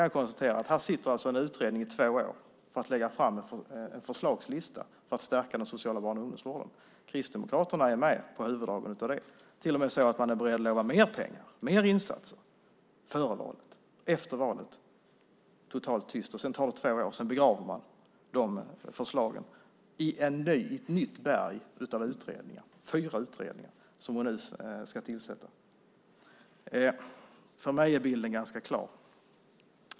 Jag konstaterar att här sitter en utredning i två år för att lägga fram en förslagslista för att stärka den sociala barn och ungdomsvården, och Kristdemokraterna är med på huvuddragen. Man är till och med beredd att lova mer pengar, mer insatser, före valet. Efter valet är det totalt tyst. Sedan tar det två år, och så begraver man förslagen i ett nytt berg av utredningar - det är fyra utredningar som Maria Larsson nu ska tillsätta. För mig är bilden ganska klar.